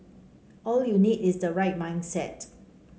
all you need is the right mindset